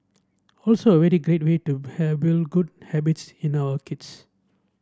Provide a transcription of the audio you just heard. also a very great way to build good habits in our kids